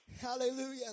Hallelujah